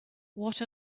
what